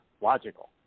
logical